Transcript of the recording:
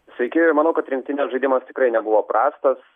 sveiki manau kad rinktinės žaidimas tikrai nebuvo prastas